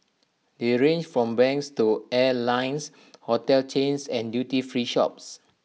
they range from banks to airlines hotel chains and duty free shops